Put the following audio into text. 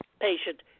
patient